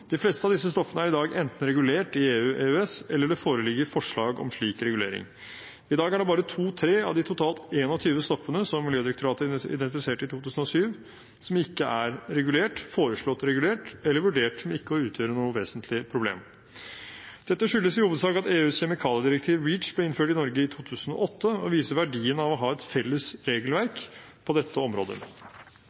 dag enten regulert i EU/EØS, eller det foreligger forslag om slik regulering. I dag er det bare to–tre av de totalt 21 stoffene som Miljødirektoratet identifiserte i 2007, som ikke er regulert, foreslått regulert eller vurdert som ikke å utgjøre noe vesentlig problem. Dette skyldes i hovedsak at EUs kjemikaliedirektiv REACH ble innført i Norge i 2008, og viser verdien av å ha et felles regelverk på dette området.